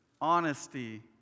honesty